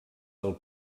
del